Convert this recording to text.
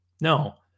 No